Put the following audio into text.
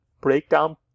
breakdown